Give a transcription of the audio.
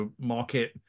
market